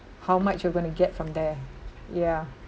how much you're gonna get from there yeah